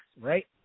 right